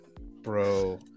Bro